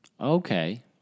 Okay